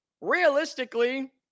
realistically